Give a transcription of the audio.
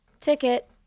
Ticket